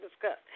discuss